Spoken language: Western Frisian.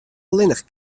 allinnich